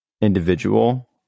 individual